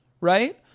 Right